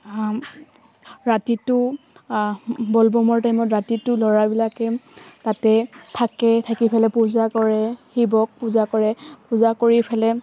ৰাতিটো ব'লব'মৰ টাইমত ৰাতিটো ল'ৰাবিলাকে তাতে থাকে থাকি পেলাই পূজা কৰে শিৱক পূজা কৰে পূজা কৰি পেলাই